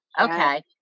okay